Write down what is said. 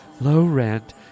low-rent